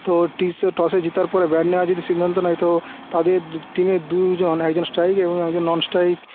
তো টিসে টসে জেতার পরে ব্যাট নেওয়ার যদি সিদ্ধান্ত নেয় তো তাদের টিমের দুজন একজন স্ট্রাইক এবং একজন নন স্ট্রাইক